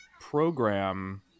program